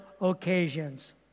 occasions